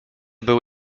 był